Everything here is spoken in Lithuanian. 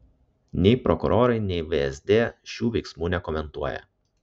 nei prokurorai nei vsd šių veiksmų nekomentuoja